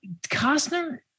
Costner